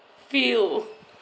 feel